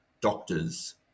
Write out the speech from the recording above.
doctors